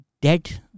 dead